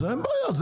אז אין בעיה.